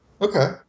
Okay